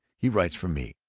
he writes for me,